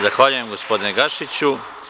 Zahvaljujem gospodine Gašiću.